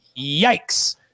Yikes